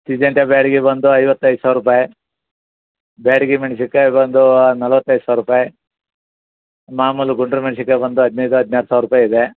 Syngenta Byadgi ಬಂದು ಐವತ್ತೈದು ಸಾವಿರ ರೂಪಾಯಿ ಬ್ಯಾಡಗಿ ಮೆಣ್ಸಿನ್ಕಾಯಿ ಬಂದು ನಲ್ವತ್ತೈದು ಸಾವಿರ ರೂಪಾಯಿ ಮಾಮೂಲು ಗುಂಟೂರು ಮೆಣ್ಸಿನ್ಕಾಯಿ ಬಂದು ಹದಿನೈದು ಹದಿನಾರು ಸಾವಿರ ರೂಪಾಯಿ ಇದೆ